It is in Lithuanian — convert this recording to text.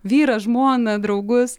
vyrą žmoną draugus